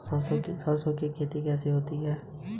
विभिन्न जमा समय स्लैब क्या उपलब्ध हैं?